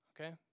okay